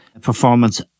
performance